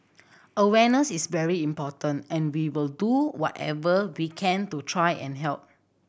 awareness is very important and we will do whatever we can to try and help